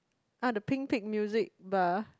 ah the Pink Pig music bar